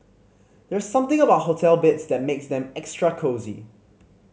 there's something about hotel beds that makes them extra cosy